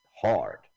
hard